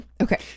okay